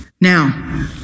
Now